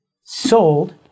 sold